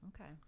okay